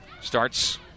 Starts